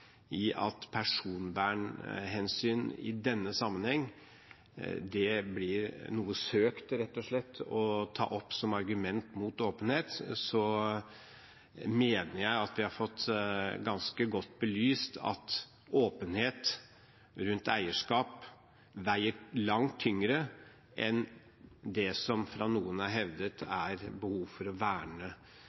blir noe søkt å ta opp som argument mot åpenhet, mener jeg at vi har fått det ganske godt belyst at åpenhet rundt eierskap veier langt tyngre enn det som fra noen er hevdet er behovet for å verne